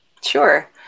Sure